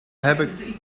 hebben